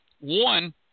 One –